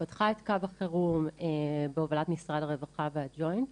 ופתחה את קו החירום בהובלת משרד הרווחה והג'וינט.